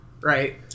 right